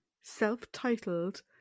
self-titled